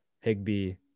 Higby